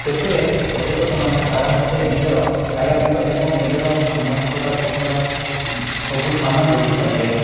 ସେଥିରେ ପର୍ଯ୍ୟଟକ ମାନେ ଆରାମସେ ନିଜର ଖାଇବା ପିଇବା ଏବଂ ନିଜର ସମସ୍ତ ପ୍ରକାର କପଡ଼ା ସବୁ ସାମାନ ରଖିପାରିବେ